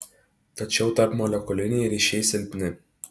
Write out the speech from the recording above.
tačiau tarpmolekuliniai ryšiai silpni